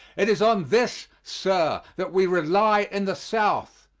it is on this, sir, that we rely in the south.